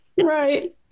right